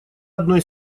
одной